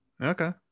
Okay